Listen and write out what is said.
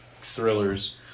thrillers